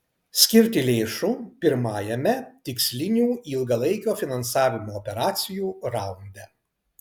skirti lėšų pirmajame tikslinių ilgalaikio finansavimo operacijų raunde